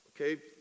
Okay